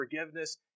forgiveness